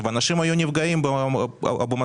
ואנשים היו נפגעים במשכורת.